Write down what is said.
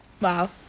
Wow